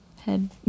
head